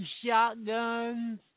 shotguns